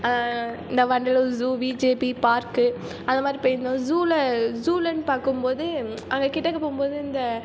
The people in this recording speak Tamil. இந்த வண்டலூர் ஜூ விஜேபி பார்க் அந்த மாதிரி போயிந்தோம் ஜூவில் ஜூலனு பார்க்கும்போது அவங்க கிட்டக்க போகும்போது இந்த